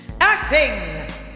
Acting